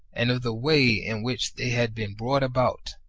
and of the way in which they had been brought about,